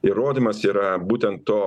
įrodymas yra būtent to